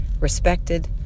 respected